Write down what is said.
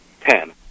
Ten